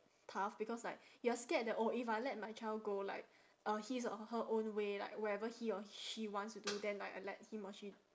tough because like you're scared that oh if I let my child go like uh his or her own way like wherever he or she wants to do then like I let him or she